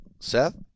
Seth